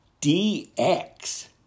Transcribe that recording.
DX